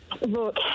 Look